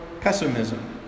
pessimism